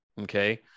Okay